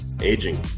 aging